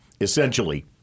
essentially